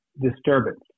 disturbance